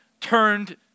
turned